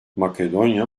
makedonya